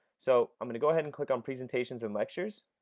so i'm going to go ahead and click on presentations and lectures,